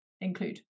include